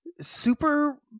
Super